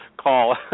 call